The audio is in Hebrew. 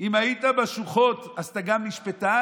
אם היית בשוחות אז אתה גם משפטן?